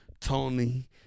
Tony